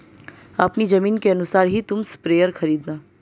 अपनी जमीन के अनुसार ही तुम स्प्रेयर खरीदना